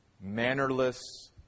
mannerless